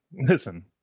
Listen